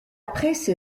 presse